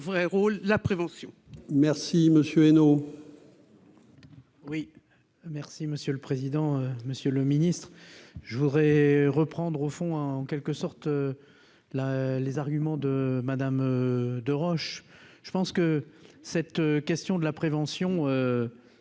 vrai rôle la prévention. Merci monsieur Hainaut. Oui merci monsieur le président, Monsieur le Ministre, je voudrais reprendre au fond en quelque sorte la les arguments de Madame de roche, je pense que cette question de la prévention,